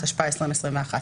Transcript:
השתפ"א-2021".